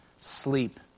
sleep